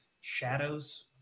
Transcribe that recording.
Shadows